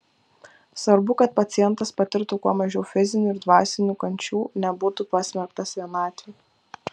svarbu kad pacientas patirtų kuo mažiau fizinių ir dvasinių kančių nebūtų pasmerktas vienatvei